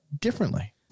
differently